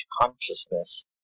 consciousness